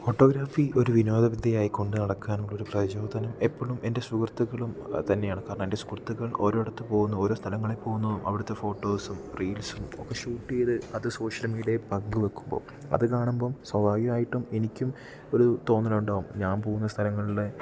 photography ഒരു വിനോദവൃത്തിയായി കൊണ്ട് നടക്കാനുള്ളൊരു പ്രചോദനം എപ്പോഴും എൻ്റെ സുഹൃത്തക്കളും തന്നെയാണ് കാരണം എൻ്റെ സുഹൃത്തുക്കൾ ഓരോയിടത്ത് പോകുന്നു ഓരോ സ്ഥലങ്ങളിൽ പോകുന്നു അവിടുത്തെ ഫോട്ടോസും റീൽസും ഒക്കെ ഷൂട്ട് ചെയ്ത് അത് സോഷ്യൽ മീഡിയെ പങ്ക് വെക്കുമ്പോൾ അത് കാണുമ്പം സ്വാഭാവികമായിട്ടും എനിക്കും ഒരു തോന്നലുണ്ടാവും ഞാൻ പോകുന്ന സ്ഥലങ്ങളിലെ